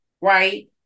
Right